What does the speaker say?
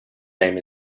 name